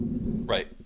Right